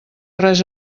res